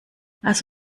lass